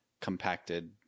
compacted